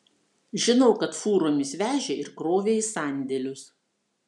žinau kad fūromis vežė ir krovė į sandėlius